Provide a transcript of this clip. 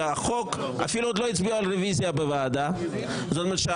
אפילו עוד לא הצביעו על רוויזיה בוועדה והחוק